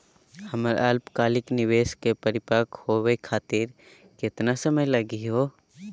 हमर अल्पकालिक निवेस क परिपक्व होवे खातिर केतना समय लगही हो?